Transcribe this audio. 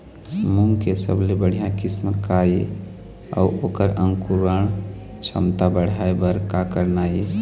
मूंग के सबले बढ़िया किस्म का ये अऊ ओकर अंकुरण क्षमता बढ़ाये बर का करना ये?